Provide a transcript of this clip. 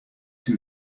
too